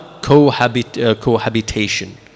cohabitation